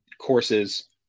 courses